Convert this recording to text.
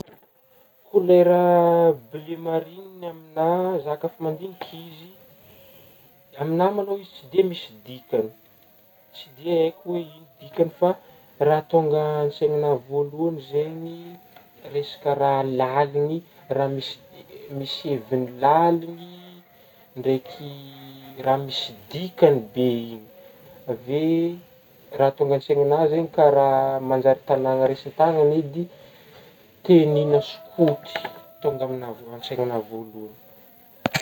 Kolera bleu marine aminah, za ka fa mandignika izy, aminah ma lô izy tsy de misy dikagny ,tsy de haiko hoe ino dikagny fa raha tônga an-tsaignanah voalohany zegny resaka raha laligny ,raha misy misy hevigny laligny ndraiky raha misy dikagny be igny, avy eh raha tônga an-tsaignananah zegny ka raha manjary tanàgna edy tenus-na skoty tônga aminah an-tsaignanà voalohany.